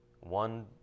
one